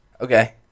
Okay